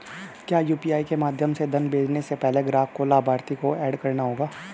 क्या यू.पी.आई के माध्यम से धन भेजने से पहले ग्राहक को लाभार्थी को एड करना होगा?